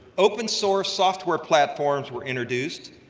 open source software platforms were introduced,